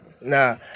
Nah